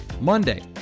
Monday